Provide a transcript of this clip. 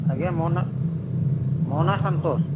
ଆଜ୍ଞା ମୋ ନାଁ ମୋ ନାଁ ସନ୍ତୋଷ